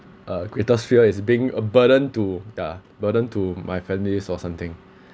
uh greatest fear is being a burden to the burden to my families or something